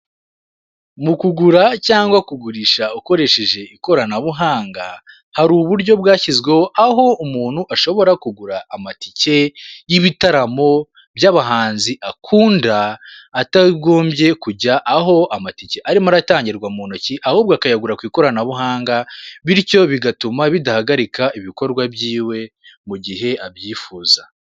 Mu kugura cyangwa kugurisha ukoresheje ikoranabuhanga, hari uburyo bwashyizweho, aho umuntu ashobora kugura amatike y'ibitaramo by'abahanzi akunda, atagomye kujya aho amatike arimo aratangirwa mu ntoki, ahubwo akayagura ku ikoranabuhanga, bityo bigatuma bidahagarika ibikorwa bye mu gihe abyifuza.